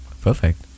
perfect